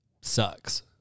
sucks